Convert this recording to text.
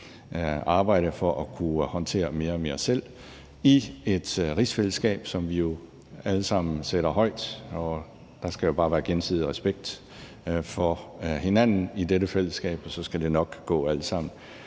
arbejde for at kunne håndtere mere og mere selv i et rigsfællesskab, som vi jo alle sammen sætter højt. Der skal jo bare være gensidig respekt for hinanden i dette fællesskab, og så skal det nok gå alt sammen.